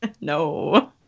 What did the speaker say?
No